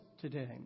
today